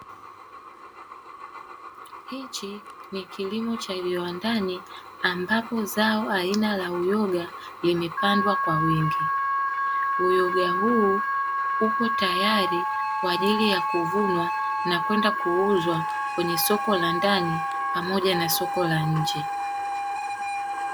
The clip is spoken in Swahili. Hichi ni kilimo cha viwandani ambapo zao aina la uyoga limepandwa kwa wingi. Uyoga huu upo tayari kwa ajili ya kuvunwa na kwenda kuuzwa kwenye soko la ndani pamoja na soko la nje.